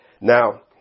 Now